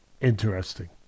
interesting